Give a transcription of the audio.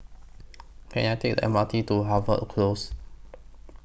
Can I Take The M R T to Harvey Close